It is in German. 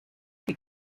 die